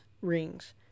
rings